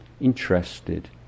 interested